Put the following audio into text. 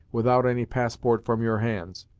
without any passport from your hands.